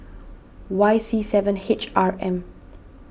Y C seven H R M